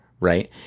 right